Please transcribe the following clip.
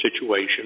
situation